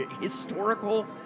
historical